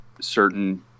certain